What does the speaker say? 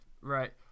right